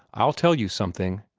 i'll tell you something.